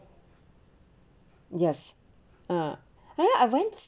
yes ah !aiya! i went